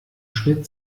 schnitt